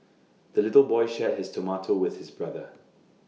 the little boy shared his tomato with his brother